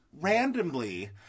randomly